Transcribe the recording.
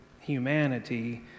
humanity